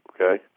okay